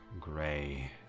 gray